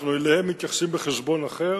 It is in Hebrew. אליהם אנחנו מתייחסים בחשבון אחר,